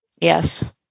yes